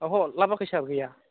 लाबोयाखै सार गैया